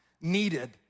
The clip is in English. needed